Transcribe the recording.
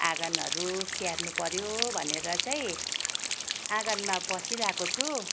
आँगनहरू स्याहार्नु पऱ्यो भनेर चाहिँ आँगनमा बसिरहेको छु